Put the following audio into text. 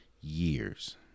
years